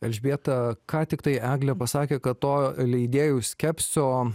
elžbieta ką tiktai eglė pasakė kad to leidėjų skepsio